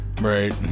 Right